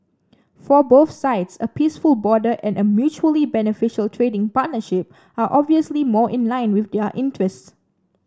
for both sides a peaceful border and a mutually beneficial trading partnership are obviously more in line with their interests